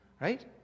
right